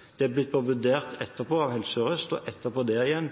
har etterpå blitt vurdert av Helse Sør-Øst – og etter det igjen